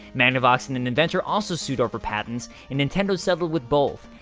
magnavox and an inventor also sued over patents, and nintendo settled with both.